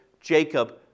Jacob